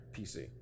PC